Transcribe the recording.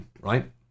right